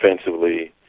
offensively